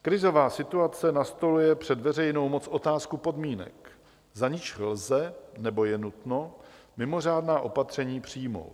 Krizová situace nastoluje před veřejnou moc otázku podmínek, za nichž lze nebo je nutno mimořádná opatření přijmout.